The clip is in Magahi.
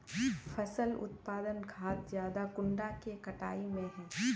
फसल उत्पादन खाद ज्यादा कुंडा के कटाई में है?